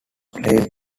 playing